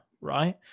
right